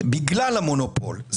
בגלל המונופול.